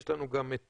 יש לנו גם את